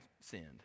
sinned